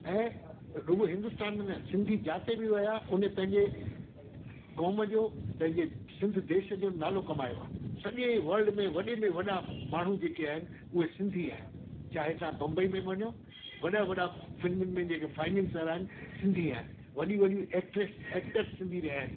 ऐं उहे हिंदुस्तान में न सिंधी जाते बि वया हुन ये पंहिंजे कौम जो पंहिंजे सिंध देश जो नालो कमायो आहे सॼे वल्ड में वॾे में वॾा माण्हू जेके आहिनि उहे सिंधी आहिनि चाहे तव्हां बम्बई में वञो वॾा वॾा फिल्मनि में जेके फाइनैंसर आहिनि सिंधी आहिनि वॾी वॾियूं एक्टरेस एक्टर सिंधी रहिया आहिनि